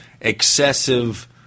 excessive